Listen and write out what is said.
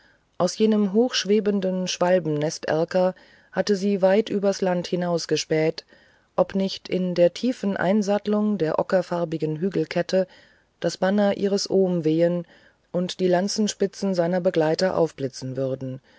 aus jenem hochschwebenden schwalbennest erker hatte sie weit übers land hinausgespäht ob nicht in der tiefen einsattelung der ockerfarbigen hügelkette das banner ihres ohms wehen und die lanzenspitzen seiner begleiter aufblitzen würden